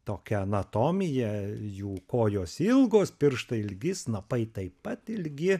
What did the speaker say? tokia anatomija jų kojos ilgos pirštai ilgi snapai taip pat ilgi